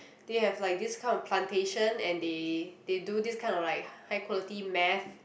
they have like this kind of plantation and they they do this kind of like high quality meth